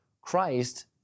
Christ